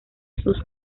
sus